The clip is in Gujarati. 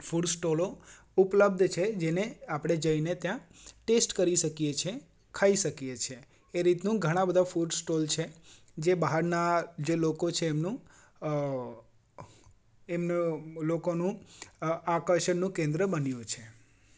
ફૂડ સ્ટોલો ઉપલબ્ધ છે જેને આપણે જઈને ત્યાં ટેસ્ટ કરી શકીએ છે ખાઈ શકીએ છે એ રીતનું ઘણા બધા ફૂડ સ્ટોલ છે જે બહારના જે લોકો છે એમનું એમનું લોકોનું આકર્ષણનું કેન્દ્ર બન્યું છે